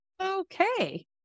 okay